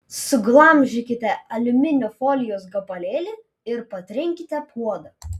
suglamžykite aliuminio folijos gabalėlį ir patrinkite puodą